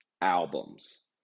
Albums